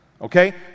Okay